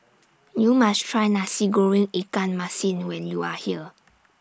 YOU must Try Nasi Goreng Ikan Masin when YOU Are here